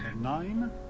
nine